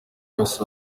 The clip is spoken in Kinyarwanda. yose